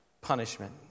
punishment